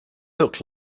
look